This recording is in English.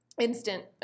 Instant